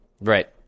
Right